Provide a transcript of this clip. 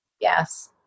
Yes